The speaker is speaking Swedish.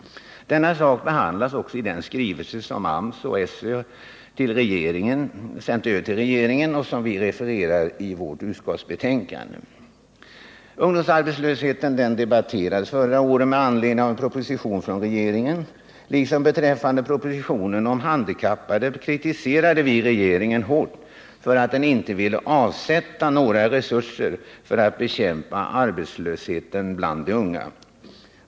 Denna sak behandlas i den skrivelse från AMS och SÖ till regeringen som refereras i utskottets betänkande. Ungdomsarbetslösheten debatterades förra våren med anledning av en proposition från regeringen. Liksom beträffande propositionen om arbetshandikappade kritiserade vi regeringen hårt för att den inte ville avsätta några resurser för att bekämpa arbetslösheten bland de unga.